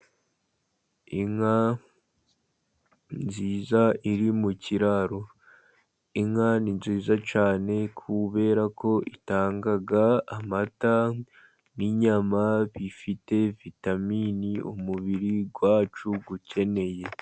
Inka nziza iri mu kiraro. Inka ni nziza cyane kubera ko itanga amata n'inyama bifite vitamini umubiri wacu ukeneye.